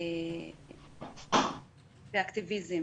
באקטיביזם.